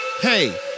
Hey